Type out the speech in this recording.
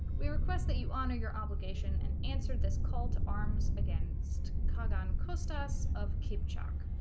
we request that you honor your obligation and answer this call to arms against coggan kostas of kip shock